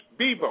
Bebo